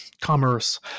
commerce